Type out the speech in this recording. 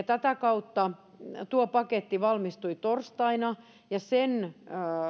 tätä kautta tuo paketti valmistui torstaina ja sen